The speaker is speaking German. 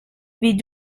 wie